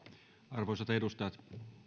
arvoisat edustajat jos